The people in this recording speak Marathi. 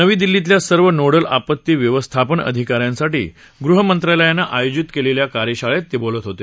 नवी दिल्लीतल्या सर्व नोडल आपती व्यवस्थापन अधिका यांसाठी गृहमंत्रालयानं आयोजित केलेल्या कार्यशाळेत ते बोलत होते